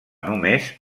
només